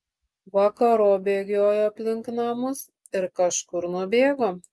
vakarop bėgiojo aplink namus ir kažkur nubėgo